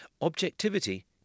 objectivity